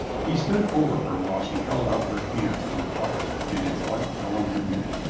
he stood over her while she held out her hands to the fire and its light fell on her neck.